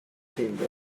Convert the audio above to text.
teamed